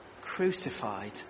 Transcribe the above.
crucified